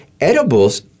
edibles